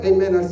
Amen